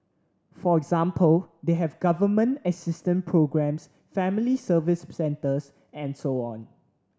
for example they have Government assistant programmes family service centres and so on